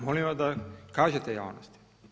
Molim vas da kažete javnosti.